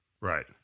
Right